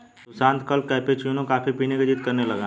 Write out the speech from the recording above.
सुशांत कल cappuccino coffee पीने की जिद्द करने लगा